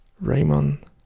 Raymond